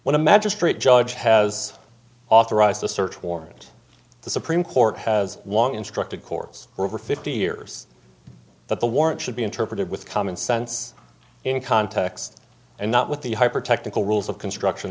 when a magistrate judge has authorized the search warrant the supreme court has long instructed courts over fifty years that the warrant should be interpreted with common sense in context and not with the hyper technical rules of construction